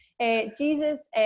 Jesus